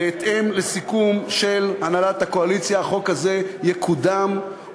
בהתאם לסיכום של הנהלת הקואליציה החוק הזה יקודם,